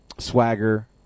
Swagger